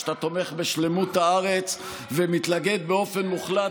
שאתה תומך בשלמות הארץ ומתנגד באופן מוחלט